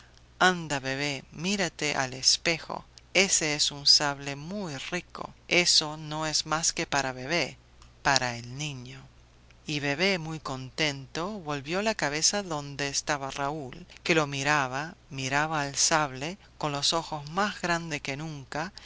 anda bebé mírate al espejo ése es un sable muy rico eso no es más que para bebé para el niño y bebé muy contento volvió la cabeza adonde estaba raúl que lo miraba miraba al sable con los ojos más grandes que nunca